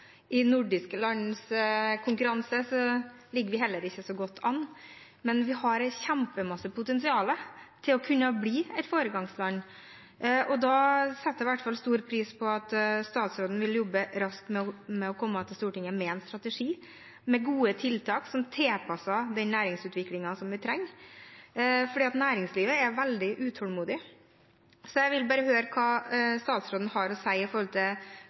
I konkurranse med de nordiske landene ligger vi heller ikke så godt an. Men vi har kjempestort potensial til å kunne bli et foregangsland. Da setter jeg i hvert fall stor pris på at statsråden vil jobbe raskt med å komme til Stortinget med en strategi, med gode tiltak som er tilpasset den næringsutviklingen vi trenger, for næringslivet er veldig utålmodig. Så jeg vil bare høre hva statsråden har å si om når regjeringen ser for seg at man skal kunne komme tilbake til